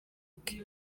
bwe